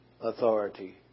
authority